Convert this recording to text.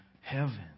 heaven